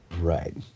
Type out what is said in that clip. Right